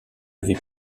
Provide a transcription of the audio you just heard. avait